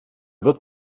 wird